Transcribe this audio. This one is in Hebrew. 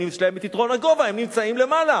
הם, יש להם יתרון הגובה, הם נמצאים למעלה.